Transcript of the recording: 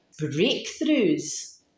breakthroughs